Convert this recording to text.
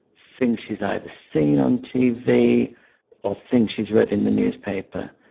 things she's either seen on tv or things she's read in the newspaper.